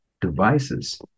devices